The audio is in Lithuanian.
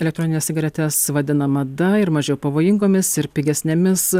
elektronines cigaretes vadina mada ir mažiau pavojingomis ir pigesnėmis